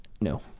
no